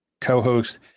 co-host